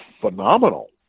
phenomenal